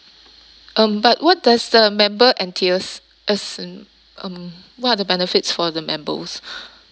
um but what does the member entails as in um what are the benefits for the members